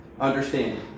understanding